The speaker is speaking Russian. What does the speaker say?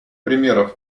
примеров